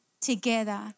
together